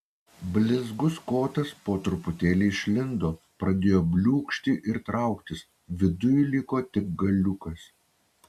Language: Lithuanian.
blizgus kotas po truputėlį išlindo pradėjo bliūkšti ir trauktis viduj liko tik galiukas